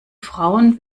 frauen